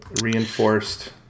Reinforced